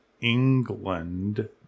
England